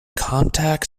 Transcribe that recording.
compact